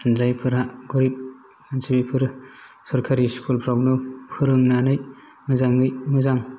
जायफोरा गरिब मानसि बेफोरो सरकारि स्कुलफ्रावनो फोरोंनानै मोजाङै मोजां